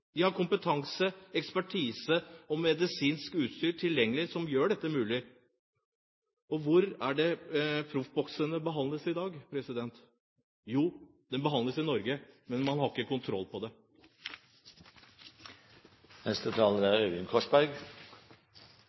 De har kompetanse, ekspertise og medisinsk utstyr tilgjengelig som gjør dette mulig. Og hvor behandles proffbokserne i dag? Jo, de behandles i Norge, men man har ikke kontroll på det.